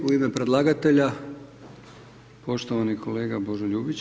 U ime predlagatelja poštovani kolega Božo Ljubić.